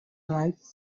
ripe